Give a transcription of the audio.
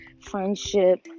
friendship